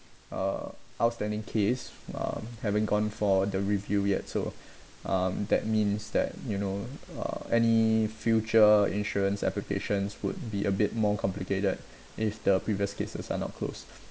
uh outstanding case um haven't gone for the review yet so um that means that you know uh any future insurance applications would be a bit more complicated if the previous cases are not closed